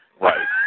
Right